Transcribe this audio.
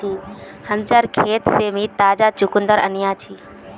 हमसार खेत से मी ताजा चुकंदर अन्याछि